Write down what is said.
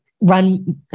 run